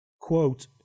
quote